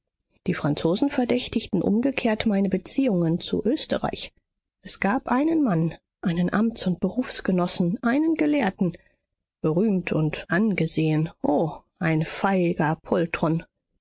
die franzosen verdächtigten umgekehrt meine beziehungen zu österreich es gab einen mann einen amts und berufsgenossen einen gelehrten berühmt und angesehen o ein feiger